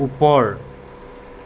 ওপৰ